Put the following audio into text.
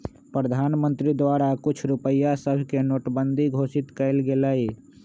प्रधानमंत्री द्वारा कुछ रुपइया सभके नोटबन्दि घोषित कएल गेलइ